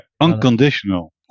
unconditional